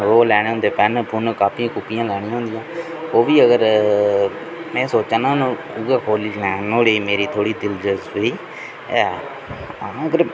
ओह् लैने होंदे पैन्न पुन्न कापियां कुपियां लैनियां होंदियां ओह् बी अगर में सोचा ना उ'यै खोह्ली लैं नुआढ़े च मेरी थोह्ड़ी दिलचस्पी ऐ